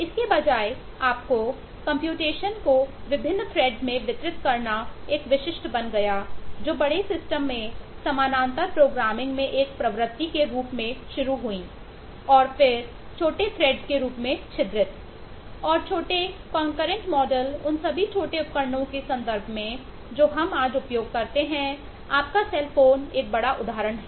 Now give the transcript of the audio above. इसके बजाय आपके कंप्यूटएशन उन सभी छोटे उपकरणों के संदर्भ में जो हम आज उपयोग करते हैं आपके सेल फोन एक बड़ा उदाहरण है